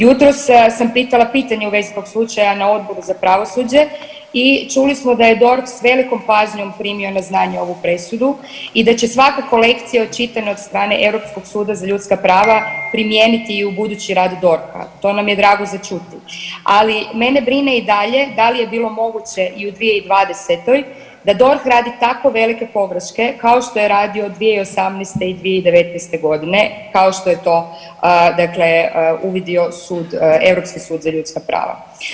Jutros sam pitala pitanje u vezi tog slučaja na Odboru za pravosuđe i čuli smo da je DORH s velikom pažnjom primio na znanje ovu presudu i da će svakako lekcija očitana od strane Europskog suda za ljudska prava primijeniti i u budući rad DORH-a, to nam je drago za čuti, ali mene brine i dalje da li je bilo moguće i u 2020. da DORH radi tako velike pogreške kao što je radio 2018. i 2019.g. kao što je to uvidio Europski sud za ljudska prava.